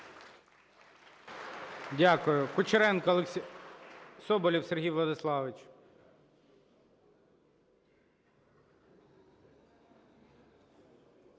Дякую.